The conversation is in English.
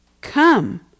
come